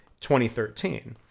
2013